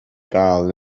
gael